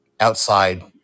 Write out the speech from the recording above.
Outside